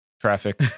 Traffic